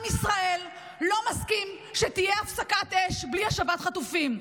עם ישראל לא מסכים שתהיה הפסקת אש בלי השבת חטופים.